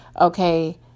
okay